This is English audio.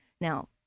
Now